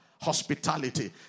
Hospitality